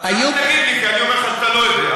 אתה לא תגיד לי, כי אני אומר לך שאתה לא יודע.